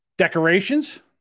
Decorations